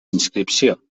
inscripció